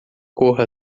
corra